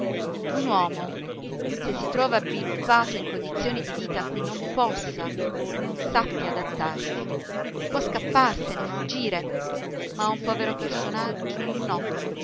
un uomo se si trova avviluppato in condizioni di vita a cui non possa o non sappia adattarsi può scapparsene fuggire ma un povero personaggio no